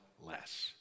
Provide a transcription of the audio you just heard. less